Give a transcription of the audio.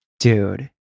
dude